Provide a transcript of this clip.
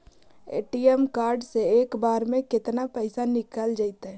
ATM card से एक बार में केतना पैसा निकल जइतै?